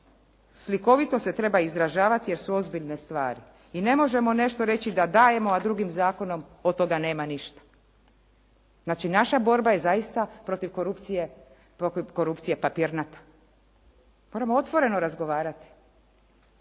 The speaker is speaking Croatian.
Slikovito se treba izražavati, jer su ozbiljne stvari. I ne možemo nešto reći da dajemo, a drugim zakonom od toga nema ništa. Znači naša borba je protiv korupcije zaista papirnata. Moramo otvoreno razgovarati.